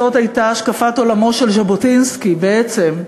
זאת הייתה השקפת עולמו של ז'בוטינסקי בעצם,